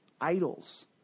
idols